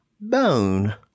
bone